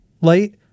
light